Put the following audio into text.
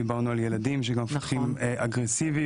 דיברנו על ילדים שגם מפתחים אגרסיביות,